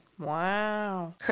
Wow